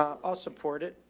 ah, i'll support it.